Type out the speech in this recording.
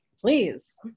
Please